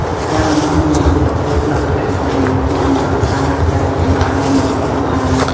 ចម្ការម្នាស់មានទិដ្ឋភាពដ៏ប្លែកភ្នែក និងស្រស់ស្អាតដែលពិបាកនឹងបំភ្លេចបាន។